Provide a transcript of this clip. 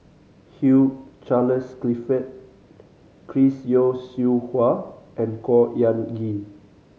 Hugh Charles Clifford Chris Yeo Siew Hua and Khor Ean Ghee